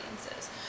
audiences